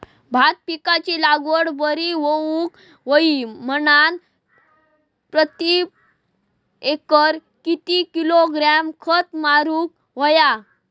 भात पिकाची लागवड बरी होऊक होई म्हणान प्रति एकर किती किलोग्रॅम खत मारुक होया?